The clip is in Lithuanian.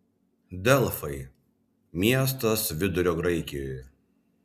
delfai miestas vidurio graikijoje